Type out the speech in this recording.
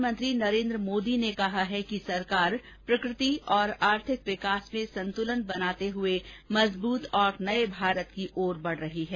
प्रधानमंत्री नरेन्द्र मोदी ने कहा है कि सरकार प्रकृति और आर्थिक विकास में संतुलन बनाते हुए मजबूत और नये भारत की ओर बढ़ रही है